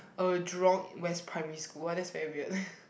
a jurong-West primary school ah that's very weird